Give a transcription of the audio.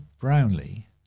Brownlee